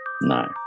No